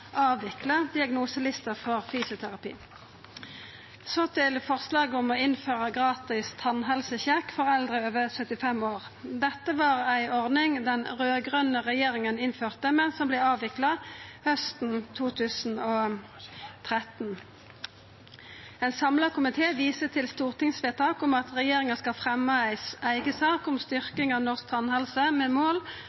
innføra gratis tannhelsesjekk for eldre over 75 år: Dette var ei ordning den raud-grøne regjeringa innførte, men som vart avvikla hausten 2013. Ein samla komité viser til stortingsvedtak om at regjeringa skal fremja ei eiga sak om